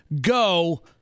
go